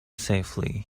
safely